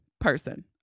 person